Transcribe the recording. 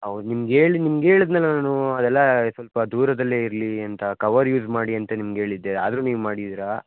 ಹೌದು ನಿಮ್ಗೆ ಹೇಳಿ ನಿಮ್ಗೆ ಹೇಳಿದ್ನಲ್ಲ ನಾನು ಅದೆಲ್ಲ ಸ್ವಲ್ಪ ದೂರದಲ್ಲೇ ಇರಲಿ ಅಂತ ಕವರ್ ಯೂಸ್ ಮಾಡಿ ಅಂತ ನಿಮ್ಗೆ ಹೇಳಿದ್ದೆ ಆದರೂ ನೀವು ಮಾಡಿದ್ದೀರಾ